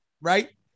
right